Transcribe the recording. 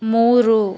ಮೂರು